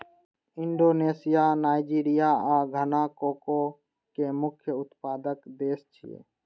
Indonesia, Nigeria आ Ghana cocoa के मुख्य उत्पादक देश छियै